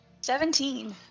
Seventeen